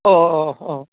औ अह अह